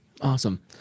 awesome